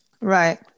Right